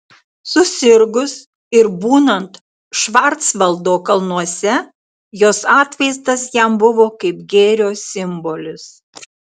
susirgus ir būnant švarcvaldo kalnuose jos atvaizdas jam buvo kaip gėrio simbolis